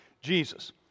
Jesus